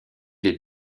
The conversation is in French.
les